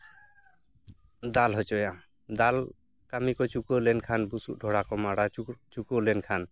ᱫᱟᱞ ᱦᱚᱪᱚᱭᱟ ᱫᱟᱞ ᱠᱟᱹᱢᱤ ᱠᱚ ᱪᱩᱠᱟᱹᱣ ᱞᱮᱱᱠᱷᱟᱱ ᱵᱩᱥᱩᱵ ᱰᱷᱚᱸᱲᱟ ᱠᱚ ᱢᱟᱰᱟ ᱪᱩᱠᱟᱹᱣ ᱞᱮᱱᱠᱷᱟᱱ